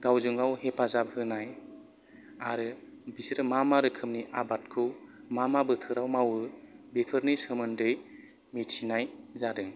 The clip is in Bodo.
गावजों गाव हेफाजाब होनाय आरो बिसोरो मा मा रोखोमनि आबादखौ मा मा बोथोराव मावो बेफोरनि सोमोन्दै मिथिनाय जादों